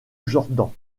jordan